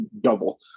double